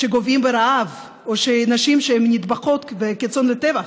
שגוועים ברעב, או נשים שנטבחות כצאן לטבח,